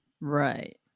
Right